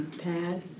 Pad